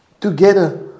together